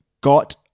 got